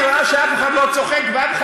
טו, טו, טו, טו, טו, טו, טו, טו.